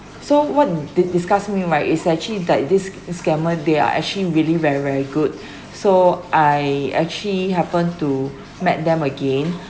so what did disgust me right is actually that this this scammer they are actually really very very good so I actually happen to met them again